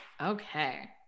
Okay